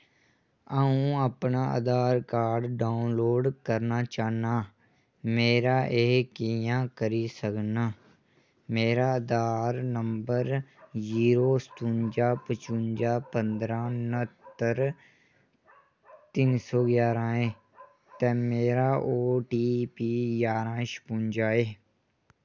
अ'ऊं अपना Aadhaar card download करना चाह्न्नां मेरा एह् कि'यां करी सकनां मेरा आधार नंबर जीरो सतुन्जा पचुन्जा पंदरां न्हत्तर तिन्न सौ ञारां ऐ ते मेरा ओ टी पी ग्यारहां छपुंजा ऐ